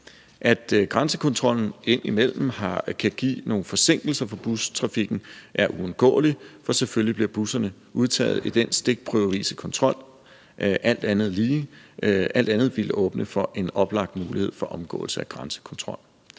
At grænsekontrollen indimellem kan give nogle forsinkelser for bustrafikken er uundgåeligt, for selvfølgelig bliver busserne udtaget i den stikprøvevise kontrol. Alt andet ville åbne for en oplagt mulighed for omgåelse af grænsekontrol.